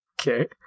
okay